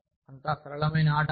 అంతా సరసమైన ఆట